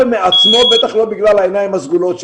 מעצמו ובטח לא בגלל העיניים הסגולות שלי.